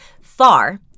far